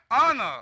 honor